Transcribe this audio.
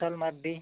ᱠᱩᱥᱟᱞ Mardi